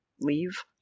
leave